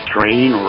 Train